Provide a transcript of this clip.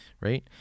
right